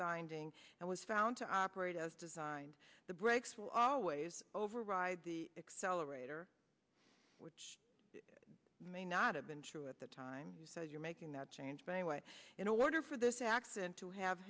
binding and was found to operate as designed the brakes will always override the accelerator which may not have been true at the time you said you're making that change by the way in order for this accident to have